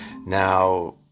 Now